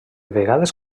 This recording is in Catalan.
vegades